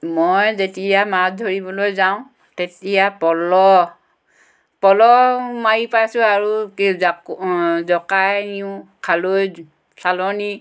মই যেতিয়া মাছ ধৰিবলৈ যাওঁ তেতিয়া পল পল মাৰি পাইছোঁ আৰু কি জা জকাই নিওঁ খালৈ চালনি